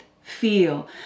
feel